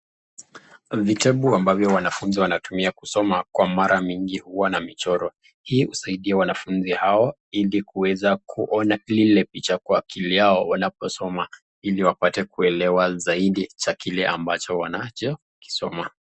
Vitabu ambavyo wanafuzi wanatumia kusoma kwa mara mingi huwa na michoro. Hii husaidia wanafuzi hao ili kuweza kuona lile picha kwa akili yao wanaposoma ili wapate kuelewa zaidi cha kile ambacho wanachokisoma.